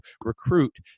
recruit